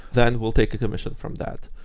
then we'll take a commission from that.